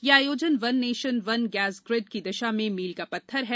यह आयोजन one nation one gas grid की दिशा में मील का पत्थर है